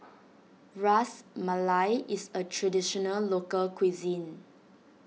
Ras Malai is a Traditional Local Cuisine